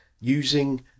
using